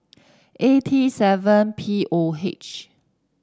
A T seven P O H